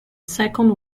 second